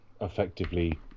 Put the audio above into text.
effectively